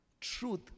Truth